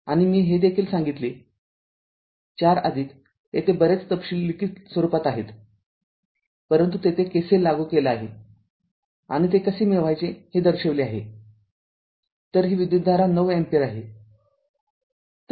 आणि मी हे देखील सांगितले४ येथे बरेच तपशील लिखित स्वरूपात आहेतपरंतु तेथे K C L लागू केला आहे आणि ते कसे मिळवायचे हे दर्शविले आहे तर ही विद्युतधारा ९ अँपिअर आहे